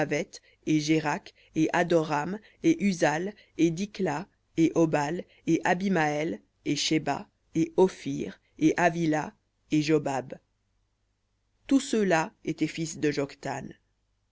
et sérakh et hadoram et uzal et dla et obal et abimaël et sheba et ophir et havila et jobab tous ceux-là étaient fils de